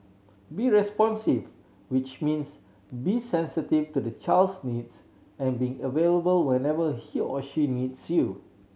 be responsive which means be sensitive to the child's needs and being available whenever he or she needs you